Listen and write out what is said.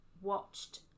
watched